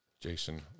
Jason